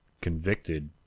convicted